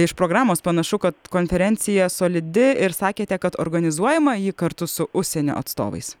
iš programos panašu kad konferencija solidi ir sakėte kad organizuojama ji kartu su užsienio atstovais